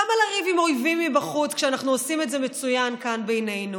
למה לריב עם אויבים מבחוץ כשאנחנו עושים את זה מצוין כאן בינינו?